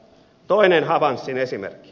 toinen havansin esimerkki